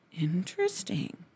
Interesting